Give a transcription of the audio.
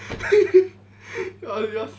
earliest